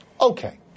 Okay